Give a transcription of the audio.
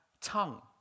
tongue